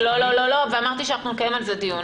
לא, אמרתי שאנחנו נקיים על זה דיון.